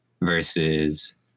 versus